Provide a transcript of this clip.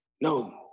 no